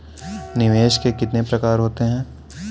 निवेश के कितने प्रकार होते हैं?